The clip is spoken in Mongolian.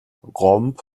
гомбо